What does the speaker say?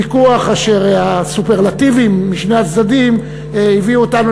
ויכוח אשר הסופרלטיבים משני הצדדים הביאו אותנו